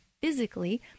physically